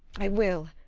i will.